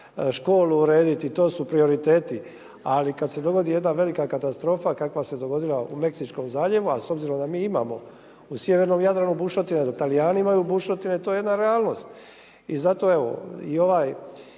školu urediti i to su prioriteti, ali kada se dogodi jedna velika katastrofa kakva se dogodila u Meksičkom zaljevu, a s obzirom da mi imamo u sjevernom Jadranu bušotine, da Talijani imaju bušotine to je jedna realnost. I zato ova